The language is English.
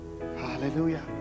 hallelujah